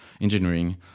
engineering